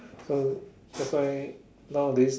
so that's why nowadays